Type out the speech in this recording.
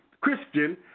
Christian